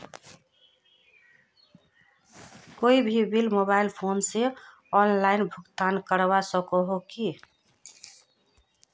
कोई भी bill mobile phone से ऑनलाइन भुगतान करवा सकोहो ही?